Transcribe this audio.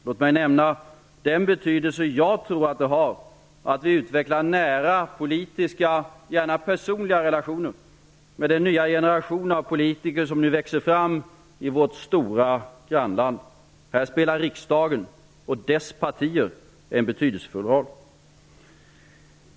Låt mig nämna den betydelse jag tror det har att vi utvecklar nära politiska och personliga relationer med den nya generation av politiker som nu växer fram i vårt stora grannland. Här spelar riksdagen och dess partier en betydelsefull roll.